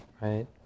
right